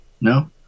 No